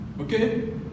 Okay